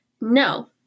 No